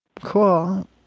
Cool